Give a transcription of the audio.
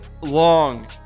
long